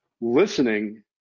listening